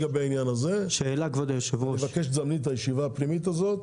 אני מבקש שתזמני את הישיבה הפנימית הזאת.